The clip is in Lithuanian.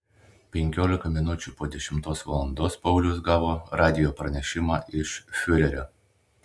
penkiolika minučių po dešimtos valandos paulius gavo radijo pranešimą iš fiurerio